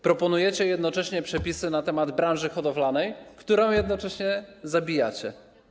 Proponujecie jednocześnie przepisy dotyczące branży hodowlanej, którą jednocześnie zabijacie.